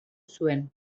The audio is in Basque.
zuen